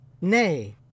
Nay